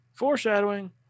foreshadowing